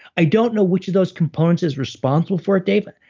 i don't know which of those components is responsible for it, dave,